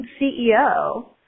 CEO